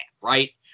right